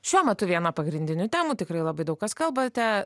šiuo metu viena pagrindinių temų tikrai labai daug kalbate